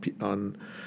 on